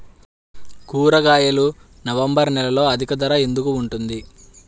కూరగాయలు నవంబర్ నెలలో అధిక ధర ఎందుకు ఉంటుంది?